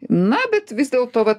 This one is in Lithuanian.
na bet vis dėlto vat